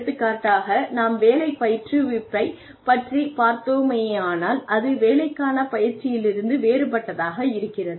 எடுத்துக்காட்டாக நாம் வேலை பயிற்றுவிப்பைப் பற்றிப் பார்த்தோமேயானால் அது வேலைக்கான பயிற்சியிலிருந்து வேறுபட்டதாக இருக்கிறது